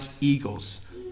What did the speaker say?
eagles